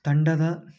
ತಂಡದ